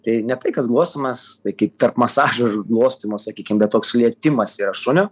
tai ne tai kad glostymas tai kaip tarp masažo ir glostymo sakykim bet toks lietimas yra šunio